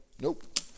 Nope